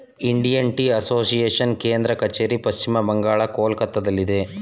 Indian tea association ಕೇಂದ್ರ ಕಚೇರಿ ಪಶ್ಚಿಮ ಬಂಗಾಳದ ಕೊಲ್ಕತ್ತಾದಲ್ಲಿ